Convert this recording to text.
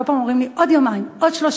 כל פעם אומרים לי: עוד יומיים, עוד שלושה.